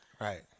Right